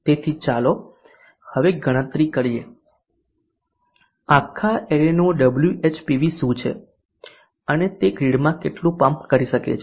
તેથી ચાલો હવે ગણતરી કરીએ કે આખા એરેનું WhPV શું છે અને તે ગ્રીડમાં કેટલું પમ્પ કરી શકે છે